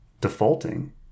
defaulting